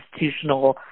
institutional